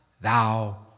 thou